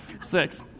six